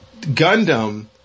Gundam